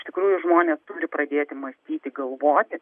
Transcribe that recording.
iš tikrųjų žmonės turi pradėti mąstyti galvoti